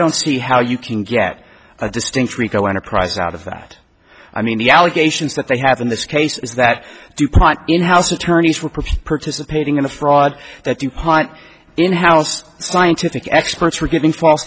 don't see how you can get a distinction rico enterprise out of that i mean the allegations that they have in this case is that due process in house attorneys will prefer participating in the fraud that dupont in house scientific experts were giving false